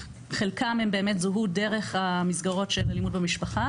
חלקם הם באמת זוהו דרך המסגרות של אלימות במשפחה,